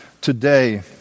today